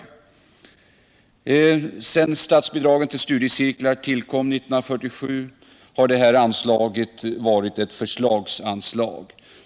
Sedan statsbidragen till studiecirklar tillkom 1947 har detta anslag varit ett förslagsanslag.